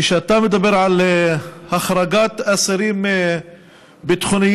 כשאתה מדבר על החרגת אסירים ביטחוניים,